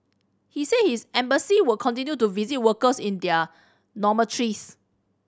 he said his embassy will continue to visit workers in their dormitories